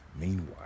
Meanwhile